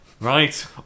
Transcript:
Right